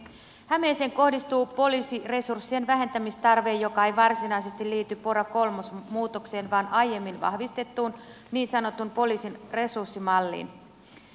hämeeseen kohdistuu poliisiresurssien vähentämistarve joka ei varsinaisesti liity pora kolmosmuutokseen vaan aiemmin vahvistettuun niin sanottuun poliisin resurssimalliin